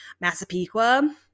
Massapequa